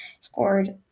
scored